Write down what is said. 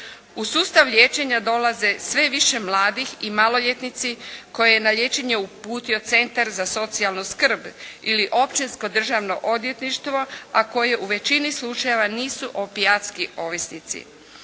U sustav liječenja dolaze sve više mladih i maloljetnici koje je na liječenje uputio Centar za socijalnu skrb ili Općinsko državno odvjetništvo a koje u većini slučajeva nisu opijatski ovisnici.